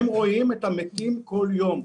הם רואים את המתים כל יום.